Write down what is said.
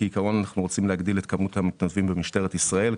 כעיקרון אנחנו רוצים להגדיל את כמות המתנדבים במשטרת ישראל.